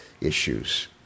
issues